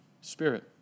spirit